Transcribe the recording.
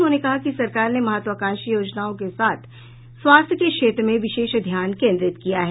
उन्होंने कहा कि सरकार ने महत्वाकांक्षी योजनाओं के साथ स्वास्थ्य के क्षेत्र में विशेष ध्यान केनद्रित किया है